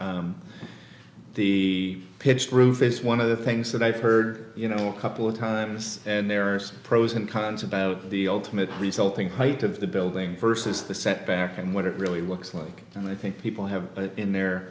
r the pitched roof is one of the things that i've heard you know a couple of times and there are pros and cons about the ultimate resulting height of the building versus the setback and what it really looks like and i think people have been the